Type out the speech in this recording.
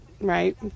right